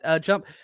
jump